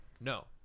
No